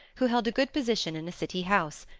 who held a good position in a city house,